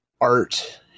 art